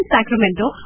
Sacramento